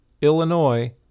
Illinois